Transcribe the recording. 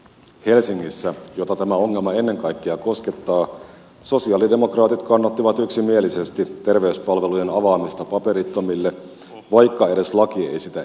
helsingissä jota tämä ongelma ennen kaikkea koskettaa sosialidemokraatit kannattivat yksimielisesti terveyspalvelujen avaamista paperittomille vaikka edes laki ei sitä edellyttänyt